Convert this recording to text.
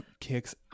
kicks